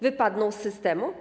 Wypadną z systemu?